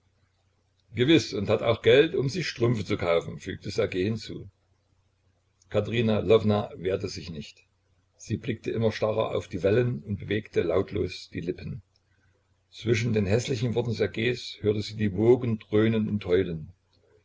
gewiß und hat auch geld um sich strümpfe zu kaufen fügte ssergej hinzu katerina lwowna wehrte sich nicht sie blickte immer starrer auf die wellen und bewegte lautlos die lippen zwischen den häßlichen worten ssergejs hörte sie die wogen dröhnen und heulen